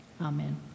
Amen